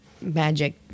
Magic